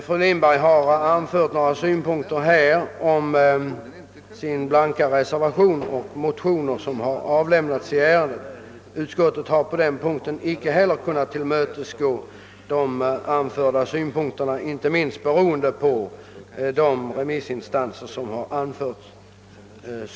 Fru Lindberg har anfört några synpunkter på sin blanka reservation och på de motioner som avlämnats i ärendet. Utskottet har emellertid inte kunnat tillmötesgå de anförda synpunkterna, inte minst beroende på vad remissinstanserna anfört.